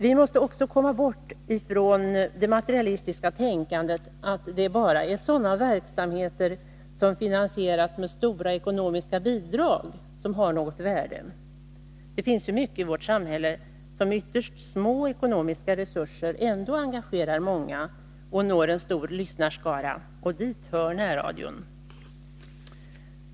Vi måste också komma bort från det materialistiska tänkandet som innebär att det bara är sådana verksamheter som finansieras med stora ekonomiska bidrag som har något värde. Det finns mycket i vårt samhälle som trots ytterst små ekonomiska resurser engagerar många och når en stor lyssnarskara — dit hör närradion.